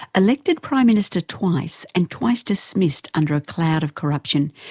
elected prime minister twice, and twice dismissed under a cloud of corruption,